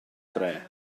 dre